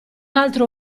altro